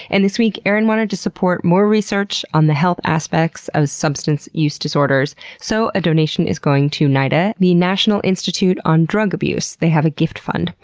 and this week, erin wanted to support more research on the health aspects of substance use disorders, so a donation is going to nida the national institute on drug abuse. they have a gift fund.